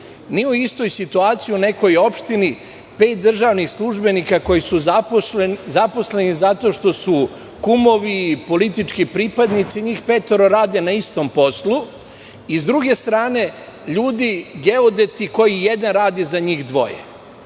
Nisu u istoj situaciji u nekoj opštini pet državnih službenika koji su zaposleni zato što su kumovi i politički pripadnici, njih petoro rade na istom poslu i, s druge strane, ljudi geodeti koji jedan radi za njih dvoje.